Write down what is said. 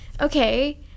okay